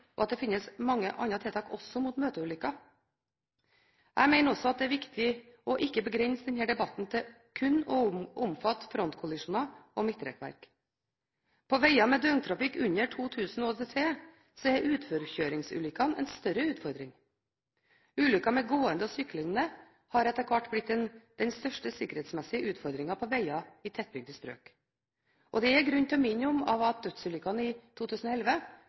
og at det også finnes mange andre tiltak mot møteulykker. Jeg mener det er viktig ikke å begrense denne debatten til kun å omfatte frontkollisjoner og midtrekkverk. På veger med døgntrafikk under 2 000 ÅDT er utforkjøringsulykkene en større utfordring. Ulykker med gående og syklende har etter hvert blitt den største sikkerhetsmessige utfordringen på veger i tettbygde strøk. Det er grunn til å minne om at av dødsulykkene i 2011